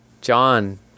John